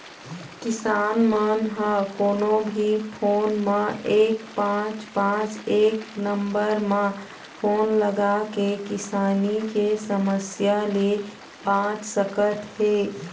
किसान मन ह कोनो भी फोन म एक पाँच पाँच एक नंबर म फोन लगाके किसानी के समस्या ले बाँच सकत हे